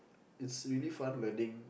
it's really fun learning